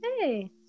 hey